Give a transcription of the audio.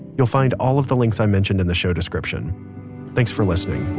you'll find all of the links i mentioned in the show description thanks for listening